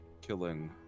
killing